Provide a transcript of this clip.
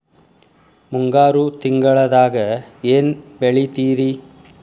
ಮುಂಗಾರು ತಿಂಗಳದಾಗ ಏನ್ ಬೆಳಿತಿರಿ?